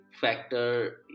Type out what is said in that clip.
factor